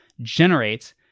generates